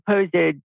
supposed